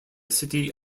city